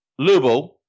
Lubo